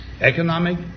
economic